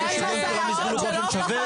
--- כולם יסבלו באופן שווה?